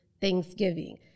Thanksgiving